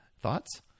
thoughts